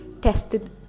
tested